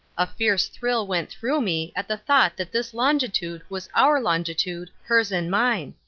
a fierce thrill went through me at the thought that this longitude was our longitude, hers and mine.